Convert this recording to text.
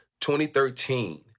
2013